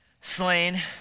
slain